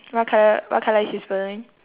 what colour what colour is his balloon